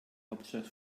hauptstadt